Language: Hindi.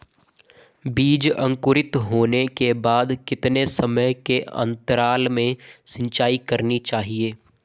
बीज अंकुरित होने के बाद कितने समय के अंतराल में सिंचाई करनी चाहिए?